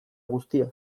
guztia